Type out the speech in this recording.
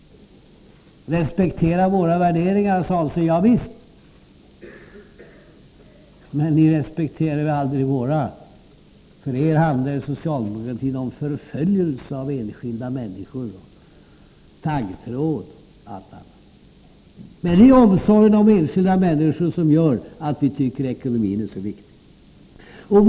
Respektera våra värderingar, heter det. Ja visst, men ni respekterar aldrig våra. För er handlar socialdemokratin om förföljelse av enskilda människor, om taggtråd och annat sådant. Men det är omsorgen om enskilda människor som gör att vi tycker att ekonomin är så viktig.